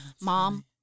mom